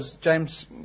James